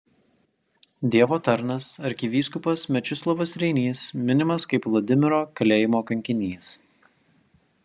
dievo tarnas arkivyskupas mečislovas reinys minimas kaip vladimiro kalėjimo kankinys